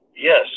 Yes